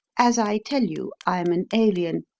as i tell you, i'm an alien.